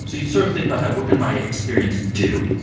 so you'd sort of think about that. what can my experience do?